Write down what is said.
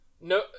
No